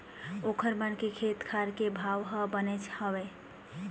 ओखर मन के खेत खार के भाव ह बनेच हवय